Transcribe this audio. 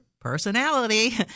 personality